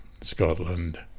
Scotland